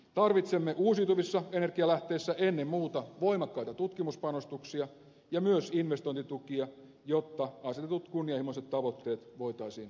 tarvitsemme uusiutuvissa energialähteissä ennen muuta voimakkaita tutkimuspanostuksia ja myös investointitukia jotta asetetut kunnianhimoiset tavoitteet voitaisiin saavuttaa